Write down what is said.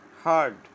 hard